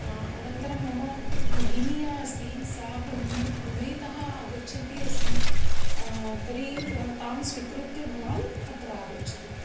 अनन्तरं मम भगिनी या अस्ति सा पुण्ये पूणेतः आगच्छन्ती अस्ति तर्हि तां स्वीकृत्य भवान् अत्र आगच्छतु